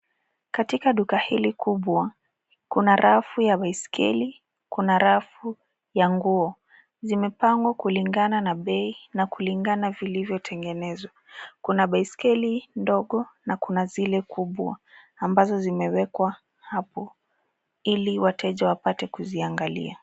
Katika duka hili kubwa kuna rafu ya baiskeli, kuna rafu ya nguo. Zimepangwa kulingana na bei na kulingana vilivyo tengenezwa, kuna baiskeli ndogo na kuna zile kubwa ambazo zimewekwa hapo ili wateja wapate kuzi angalia.